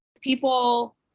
People